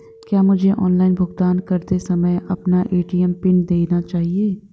क्या मुझे ऑनलाइन भुगतान करते समय अपना ए.टी.एम पिन देना चाहिए?